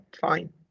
Fine